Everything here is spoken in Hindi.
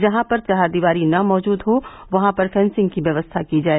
जहां पर चहारदीवारी न मौजूद हो वहां पर फेन्सिंग की व्यवस्था की जाए